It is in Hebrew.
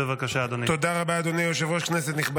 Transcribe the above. אני קובע כי החלטת ועדת הכספים בדבר פיצול הצעת חוק